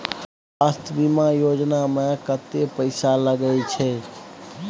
स्वास्थ बीमा योजना में कत्ते पैसा लगय छै?